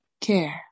care